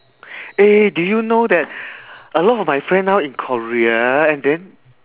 eh do you know that a lot of my friend now in korea and then